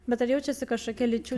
bet ar jaučiasi kažkokia lyčių